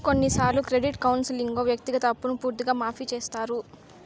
కొన్నిసార్లు క్రెడిట్ కౌన్సిలింగ్లో వ్యక్తిగత అప్పును పూర్తిగా మాఫీ చేత్తారు